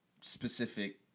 specific